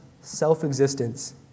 self-existence